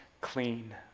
clean